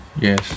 yes